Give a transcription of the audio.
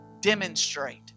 demonstrate